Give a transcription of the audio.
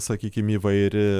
sakykim įvairi